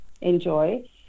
enjoy